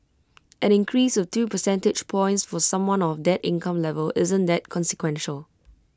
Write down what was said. an increase of two percentage points for someone of that income level isn't that consequential